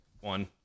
one